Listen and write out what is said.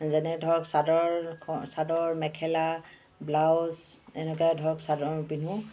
যেনে ধৰক চাদৰ চাদৰ মেখেলা ব্লাউজ এনেকুৱা ধৰক চাদৰ পিন্ধো